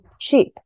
cheap